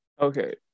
Okay